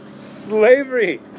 Slavery